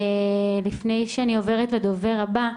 לפני שאני עוברת לדובר הבא,